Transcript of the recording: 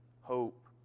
hope